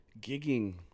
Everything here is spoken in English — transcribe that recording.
gigging